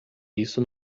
isso